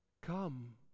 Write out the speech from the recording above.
Come